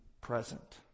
present